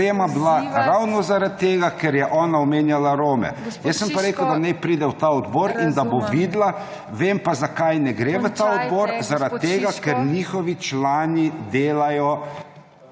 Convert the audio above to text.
ŠIŠKO (PS SNS):** … ker je ona omenjala Rome. Jaz sem pa rekel, da naj pride v ta odbor in da bo videla, vem pa, zakaj ne gre v ta odbor, zaradi tega, ker njihovi člani delajo